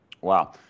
wow